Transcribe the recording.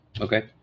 Okay